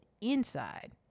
inside